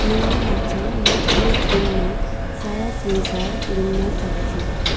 मलाई लाग्छ म एक दिनमा सारा संसार घुम्नसक्छु